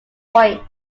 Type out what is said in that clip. point